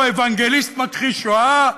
או אוונגליסט מכחיש שואה?